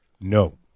No